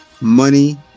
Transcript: money